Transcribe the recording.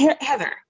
Heather